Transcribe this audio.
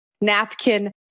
napkin